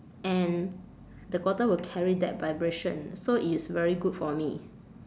and the water will carry that vibration so it's very good for me